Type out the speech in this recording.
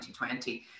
2020